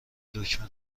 دکمه